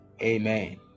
Amen